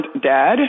dad